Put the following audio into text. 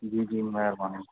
जी जी महिरबानी